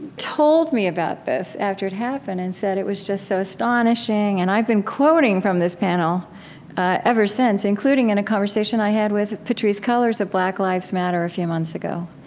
told me about this after it happened and said it was just so astonishing. and i've been quoting from this panel ever since, including in a conversation i had with patrisse cullors of black lives matter a few months ago.